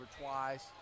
twice